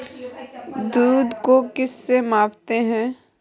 दूध को किस से मापते हैं?